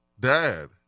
Dad